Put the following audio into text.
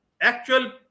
actual